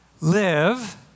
live